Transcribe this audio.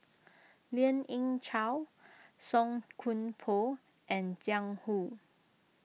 Lien Ying Chow Song Koon Poh and Jiang Hu